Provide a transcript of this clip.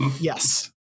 Yes